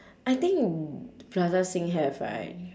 I think plaza sing have right